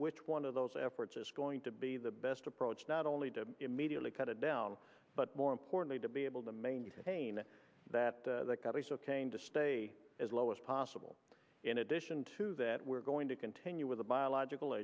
which one of those efforts is going to be the best approach not only to immediately cut it down but more importantly to be able to maintain that to stay as low as possible in addition to that we're going to continue with a biological